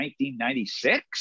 1996